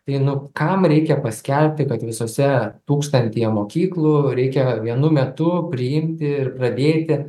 tai nu kam reikia paskelbti kad visose tūkstantyje mokyklų reikia vienu metu priimti ir pradėti